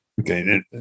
Okay